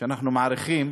שאנחנו מעריכים,